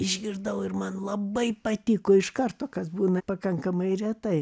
išgirdau ir man labai patiko iš karto kas būna pakankamai retai